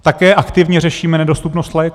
Také aktivně řešíme nedostupnost léků.